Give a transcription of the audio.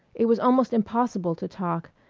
it was almost impossible to talk,